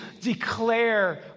declare